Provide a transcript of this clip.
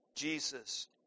Jesus